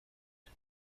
but